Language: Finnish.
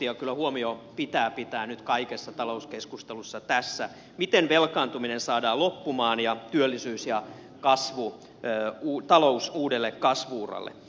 kyllä huomio pitää pitää nyt kaikessa talouskeskustelussa tässä miten velkaantuminen saadaan loppumaan ja työllisyys ja talous uudelle kasvu uralle